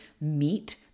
meet